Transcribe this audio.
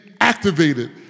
activated